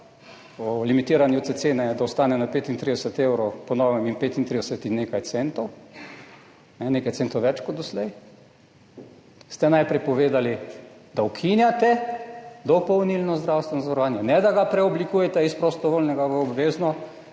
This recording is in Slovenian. o limitiranju te cene, da ostane na 35 evrov po novem in 35 in nekaj centov, nekaj centov več kot doslej, ste najprej povedali, da ukinjate dopolnilno zdravstveno zavarovanje, ne da ga preoblikujete iz prostovoljnega v obvezno.